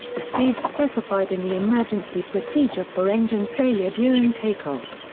the speed specified in the emergency procedure for engine failure during takeoff.